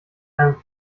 einem